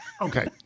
Okay